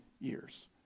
years